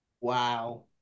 wow